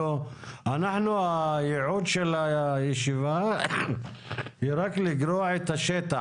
אנחנו הייעוד של הישיבה היא רק לגרוע את השטח,